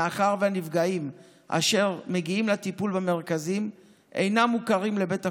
מאחר שהנפגעים אשר מגיעים לטיפול במרכזים אינם מוכרים לבית החולים,